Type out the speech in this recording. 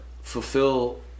fulfill